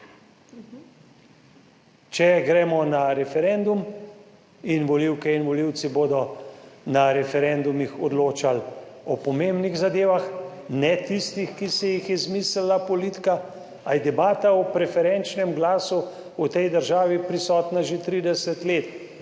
Če gremo na referendum, in volivke in volivci bodo na referendumih odločali o pomembnih zadevah, ne tistih, ki si jih je izmislila politika, ali je debata o preferenčnem glasu v tej državi prisotna že 30 let.